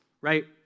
right